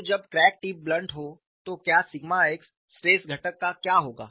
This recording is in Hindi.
तो जब क्रैक टिप ब्लंट हो तो क्या सिग्मा x स्ट्रेस घटक का क्या होगा